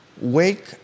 wake